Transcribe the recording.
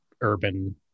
urban